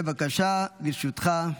בבקשה, לרשותך,